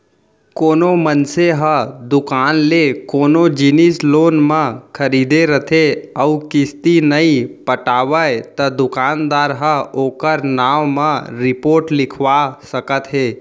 कोनो मनसे ह दुकान ले कोनो जिनिस लोन म खरीदे रथे अउ किस्ती नइ पटावय त दुकानदार ह ओखर नांव म रिपोट लिखवा सकत हे